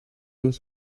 was